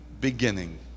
beginning